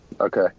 Okay